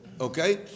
okay